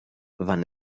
wann